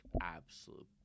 absolute